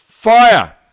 FIRE